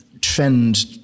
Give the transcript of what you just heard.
trend